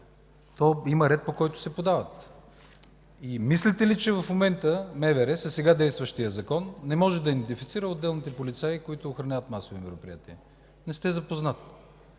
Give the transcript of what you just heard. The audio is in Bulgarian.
има ред, по който се подават. Мислите ли, че в момента МВР със сега действащия закон не може да идентифицира отделните полицаи, които охраняват масови мероприятия? Не сте запознат.